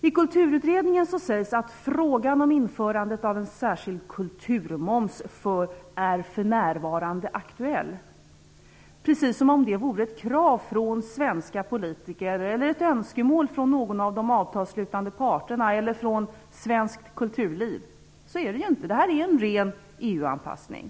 I Kulturutredningen sägs att frågan om införande av en särskild kulturmoms för närvarande är aktuell - precis som om det vore ett krav från svenska politiker eller ett önskemål från någon av de avtalsslutande parterna eller från svenskt kulturliv. Så är det ju inte. Det här är en ren EU-anpassning.